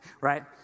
Right